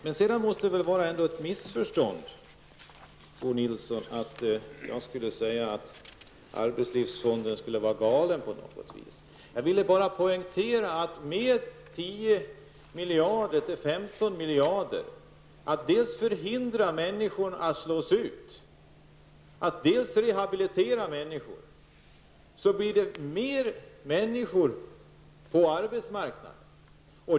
Men det måste vara ett missförstånd, Bo Nilsson, att jag skulle ha sagt att arbetslivsfonden skulle vara galen på något vis. Jag ville bara poängtera att med en satsning på 10--15 miljarder för att dels förhindra att människor slås ut, dels rehabilitera människor, blir det fler människor på arbetsmarknaden.